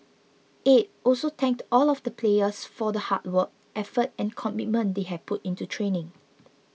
aide also thanked all of the players for the hard work effort and commitment they had put into training